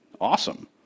Awesome